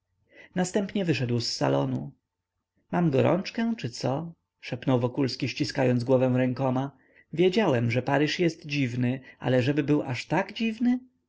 następnie wyszedł z salonu mam gorączkę czy co szepnął wokulski ściskając głowę rękoma wiedziałem że paryż jest dziwny ale żeby był aż tak dziwny